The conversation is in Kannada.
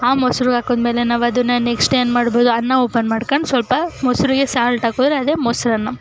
ಆ ಮೊಸ್ರಿಗೆ ಹಾಕಿದ್ಮೇಲೆ ನಾವು ಅದನ್ನು ನೆಕ್ಸ್ಟ್ ಏನು ಮಾಡ್ಬೋದು ಅನ್ನ ಓಪನ್ ಮಾಡ್ಕೊಂಡು ಸ್ವಲ್ಪ ಮೊಸ್ರಿಗೆ ಸಾಲ್ಟ್ ಹಾಕಿದ್ರೆ ಅದೇ ಮೊಸರನ್ನ